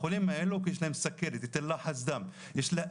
החולים האלה יש להם סוכרת,